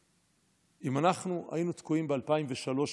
אם אנחנו היינו תקועים ב-2003,